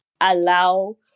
allow